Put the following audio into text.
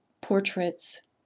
portraits